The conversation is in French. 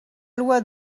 loi